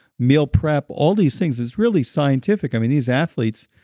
meal prep, all these things, it's really scientific. and these athletes,